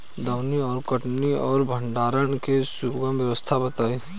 दौनी और कटनी और भंडारण के सुगम व्यवस्था बताई?